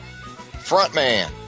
frontman